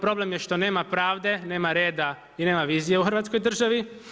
Problem je što nema pravde, nema reda i nema vizije u Hrvatskoj državi.